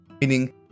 meaning